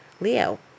Leo